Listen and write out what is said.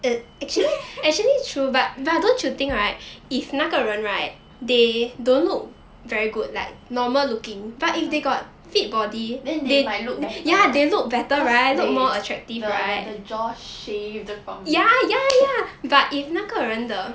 (uh huh) then they might look better cause they the the jaw shaved from